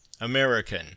American